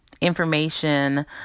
information